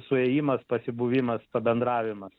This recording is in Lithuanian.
suėjimas pasibuvimas pabendravimas